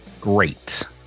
great